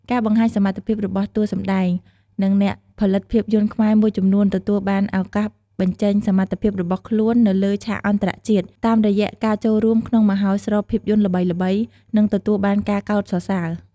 ការបង្ហាញសមត្ថភាពរបស់តួសម្ដែង និងអ្នកផលិតភាពយន្តខ្មែរមួយចំនួនទទួលបានឱកាសបញ្ចេញសមត្ថភាពរបស់ខ្លួននៅលើ ឆាកអន្តរជាតិ តាមរយៈការចូលរួមក្នុងមហោស្រពភាពយន្តល្បីៗ និងទទួលបានការកោតសរសើរ។